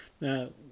Now